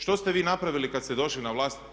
Što ste vi napravili kad ste došli na vlast?